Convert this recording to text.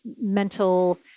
mental